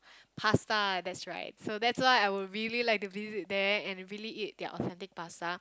pasta that's right so that's why I would really like to visit there and really eat their authentic pasta